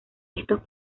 estos